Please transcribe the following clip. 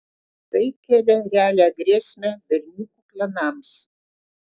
tai kėlė realią grėsmę berniukų planams